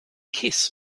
kiss